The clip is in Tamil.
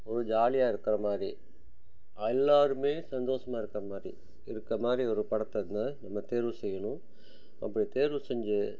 ஒரு ஜாலியாக இருக்கிற மாதிரி எல்லாருமே சந்தோஷமாக இருக்கற மாதிரி இருக்கற மாதிரி ஒரு படத்தை ந நம்ம தேர்வு செய்யணும் அப்படி தேர்வு செஞ்சு